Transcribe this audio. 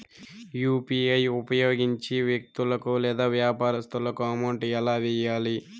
UPI ఉపయోగించి వ్యక్తులకు లేదా వ్యాపారస్తులకు అమౌంట్ ఎలా వెయ్యాలి